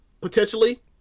potentially